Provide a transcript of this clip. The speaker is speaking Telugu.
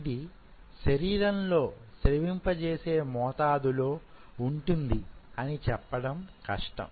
ఇది శరీరంలో స్రవింపజేసే మోతాదు లో ఉంటుంది అని చెప్పడం కష్టం